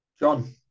John